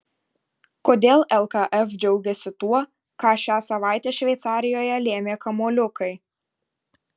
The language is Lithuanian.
kodėl lkf džiaugiasi tuo ką šią savaitę šveicarijoje lėmė kamuoliukai